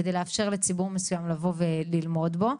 כדי לאפשר לציבור מסוים לבו וללמוד בו.